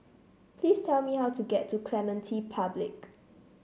please tell me how to get to Clementi Public